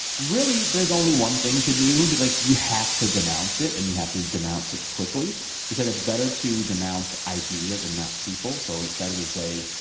really, there's only one thing to do. like, you have to denounce it, and you have to denounce it quickly he said, it's better to denounce ideas and not people. so it's better to say,